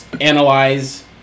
analyze